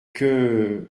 que